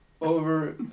over